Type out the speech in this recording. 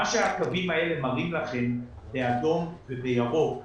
מה שהקווים האלה מראים לכם באדום ובירוק,